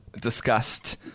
discussed